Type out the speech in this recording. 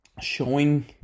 showing